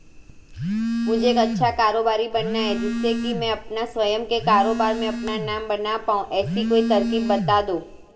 मुझे एक अच्छा कारोबारी बनना है जिससे कि मैं अपना स्वयं के कारोबार में अपना नाम बना पाऊं ऐसी कोई तरकीब पता दो?